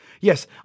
Yes